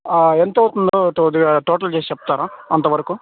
ఎంత అవుతుందో కొద్దిగా టోటల్ చేసి చెప్తారా అంతవరకు